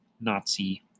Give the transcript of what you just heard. Nazi